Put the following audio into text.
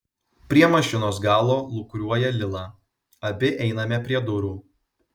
prie mašinos galo lūkuriuoja lila abi einame prie durų